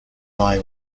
thy